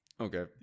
Okay